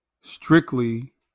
strictly